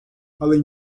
além